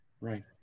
Right